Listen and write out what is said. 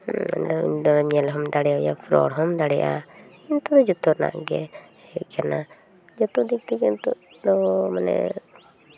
ᱧᱮᱞ ᱦᱚᱸᱢ ᱫᱟᱲᱮᱭᱟᱜᱼᱟ ᱨᱚᱲ ᱦᱚᱸᱢ ᱫᱟᱲᱮᱭᱟᱜᱼᱟ ᱠᱤᱱᱛᱩ ᱡᱚᱛᱚ ᱨᱮᱱᱟᱜ ᱜᱮ ᱦᱮᱡ ᱠᱟᱱᱟ ᱡᱚᱛᱚ ᱫᱤᱠ ᱛᱷᱮᱠᱮ ᱱᱤᱛᱚᱜ ᱫᱚ ᱢᱟᱱᱮ